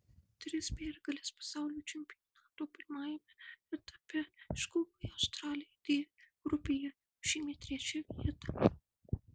tris pergales pasaulio čempionato pirmajame etape iškovoję australai d grupėje užėmė trečią vietą